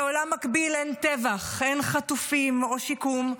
בעולם מקביל אין טבח, אין חטופים או שיקום.